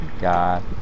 God